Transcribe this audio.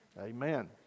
Amen